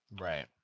Right